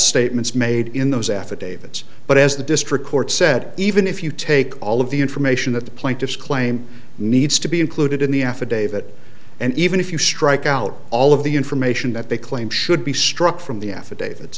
statements made in those affidavits but as the district court said even if you take all of the information that the plaintiff's claim needs to be included in the affidavit and even if you strike out all of the information that they claim should be struck from the affidavit